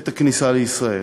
את הכניסה לישראל.